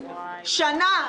שנה.